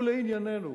ולענייננו,